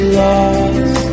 lost